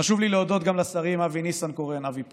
חשוב לי להודות גם לשרים אבי ניסנקורן, אבי פה?